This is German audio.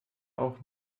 auch